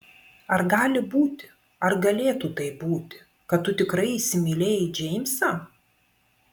ar gali būti ar galėtų taip būti kad tu tikrai įsimylėjai džeimsą